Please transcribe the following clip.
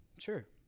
Sure